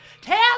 Tell